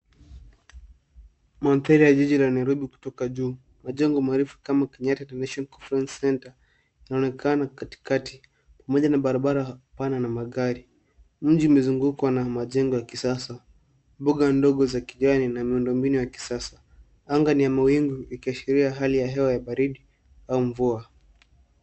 Mandhari la jiji la Nairobi kutoka juu. Majengo marefu kama Kenyatta International Conference Centre inaonekana katikati pamoja na barabara pana na magari. Mji umezungukwa na majengo ya kisasa. Mbuga ndogo za kijani na miundo mbinu ya kisasa. Anga ni ya mawingu ikiashiria hali ya hewa ya baridi au mvua.